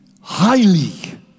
highly